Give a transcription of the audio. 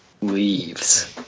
leaves